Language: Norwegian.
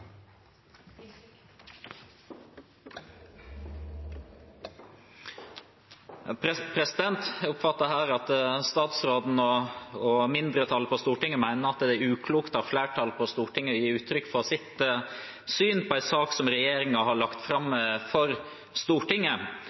i 2001. Jeg oppfatter her at statsråden og mindretallet på Stortinget mener at det er uklokt av flertallet på Stortinget å gi uttrykk for sitt syn i en sak som regjeringen har lagt fram for Stortinget.